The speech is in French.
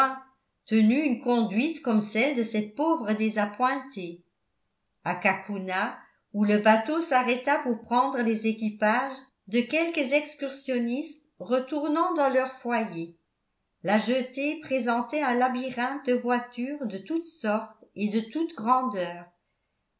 tenu une conduite comme celle de cette pauvre désappointée a cacouna où le bateau s'arrêta pour prendre les équipages de quelques excursionnistes retournant dans leurs foyers la jetée présentait un labyrinthe de voitures de toute sorte et de toute grandeur